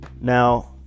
Now